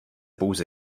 pouze